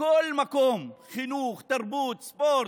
בכל מקום, חינוך, תרבות, ספורט,